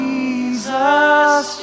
Jesus